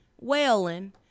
whaling